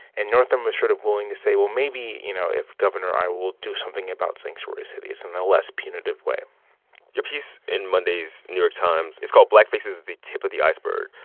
and northam was sort of willing to say, well, maybe, you know, if governor, i will do something about sanctuary cities in a less punitive way your piece in monday's new york times, it's called blackface is the tip of the iceberg.